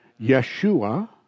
Yeshua